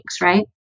right